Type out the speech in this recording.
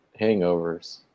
hangovers